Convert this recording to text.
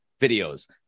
videos